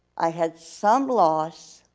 i had some loss,